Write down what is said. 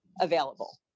available